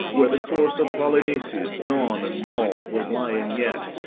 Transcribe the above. where the corse of polyneices, gnawn and mauled, was lying yet.